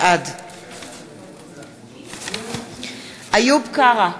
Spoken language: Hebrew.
בעד איוב קרא,